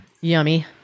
Yummy